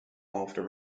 after